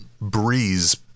breeze